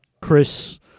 Chris